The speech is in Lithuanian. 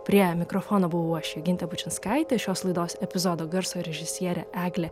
prie mikrofono buvau aš juginta bačinskaitė šios laidos epizodo garso režisierė eglė